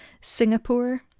Singapore